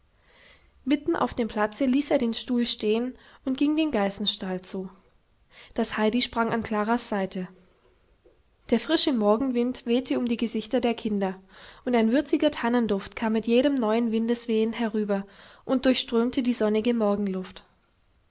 mitten auf dem platze ließ er den stuhl stehen und ging dem geißenstall zu das heidi sprang an klaras seite der frische morgenwind wehte um die gesichter der kinder und ein würziger tannenduft kam mit jedem neuen windeswehen herüber und durchströmte die sonnige morgenluft